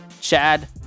Chad